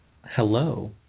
Hello